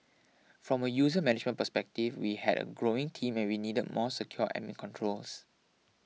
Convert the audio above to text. from a user management perspective we had a growing team and we needed more secure admin controls